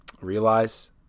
realize